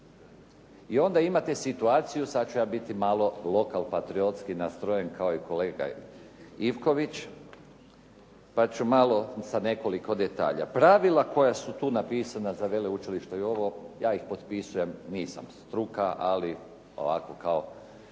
I onda imate situaciju, sad ću ja biti malo lokal-patriotski nastrojen, kao i kolega Ivković, pa ću malo sa nekoliko detalja. Pravila koja su tu napisana za veleučilišta i ovo, ja ih potpisujem, nisam struka, ali ovako kao